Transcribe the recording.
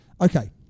Okay